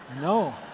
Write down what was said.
no